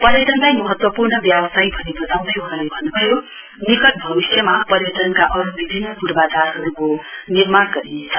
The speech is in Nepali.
पर्याटनलाई महत्वपूर्ण व्यावसाय भनी वताउँदै वहाँले भन्नुभयो निकट भविष्यमा पर्यटनका अरु विभिन्न पूर्वाधारहरुको निर्माण गरिनेछ